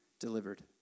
Delivered